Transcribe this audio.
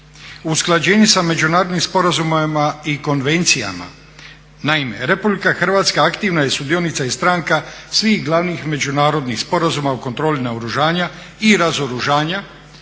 usklađenje sa međunarodnim sporazumima i konvencijama. Naime, Republika Hrvatska aktivna je sudionica i stranka svih glavnih međunarodnih sporazuma u kontroli naoružanja i razoružanja,